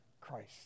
Christ